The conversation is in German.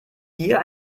hier